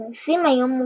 התריסים היו מוגפים,